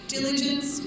Diligence